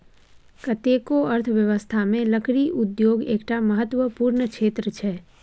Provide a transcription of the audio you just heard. कतेको अर्थव्यवस्थामे लकड़ी उद्योग एकटा महत्वपूर्ण क्षेत्र छै